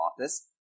office